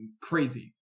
crazy